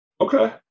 Okay